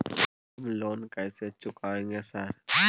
हम लोन कैसे चुकाएंगे सर?